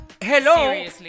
Hello